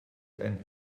ein